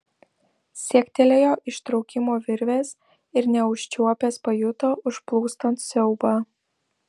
siektelėjo ištraukimo virvės ir neužčiuopęs pajuto užplūstant siaubą